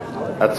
אדוני היושב-ראש,